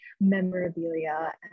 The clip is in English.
memorabilia